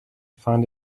found